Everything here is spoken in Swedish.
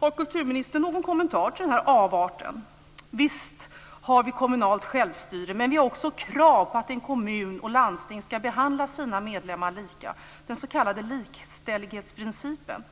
Har kulturministern någon kommentar till den här avarten? Visst har vi kommunalt självstyre, men vi har också krav på att kommuner och landsting ska behandla sina medlemmar lika, den s.k. likställighetsprincipen.